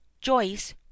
joyce